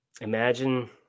Imagine